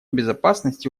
безопасности